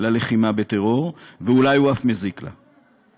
ללחימה בטרור, ואולי אף מזיק לה.